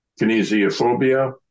kinesiophobia